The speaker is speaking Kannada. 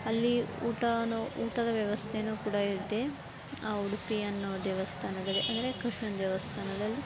ಅಲ್ಲಿ ಊಟವೂ ಊಟದ ವ್ಯವಸ್ಥೆಯೂ ಕೂಡ ಇದೆ ಆ ಉಡುಪಿ ಅನ್ನೋ ದೇವಸ್ಥಾನದಲ್ಲಿ ಅಂದರೆ ಕೃಷ್ಣನ ದೇವಸ್ಥಾನದಲ್ಲಿ